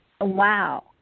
wow